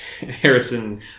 Harrison